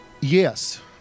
Yes